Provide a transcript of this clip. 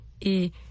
et